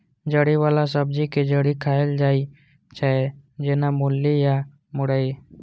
जड़ि बला सब्जी के जड़ि खाएल जाइ छै, जेना मूली या मुरइ